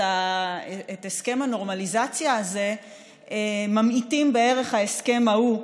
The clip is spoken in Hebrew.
הסכם הנורמליזציה הזה ממעיטים בערך ההסכם ההוא,